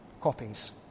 copies